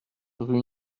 rue